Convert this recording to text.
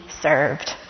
served